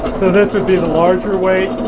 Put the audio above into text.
so this would be the larger weight.